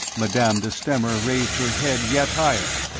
madame de stamer raised her head yet higher,